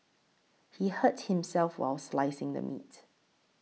he hurt himself while slicing the meat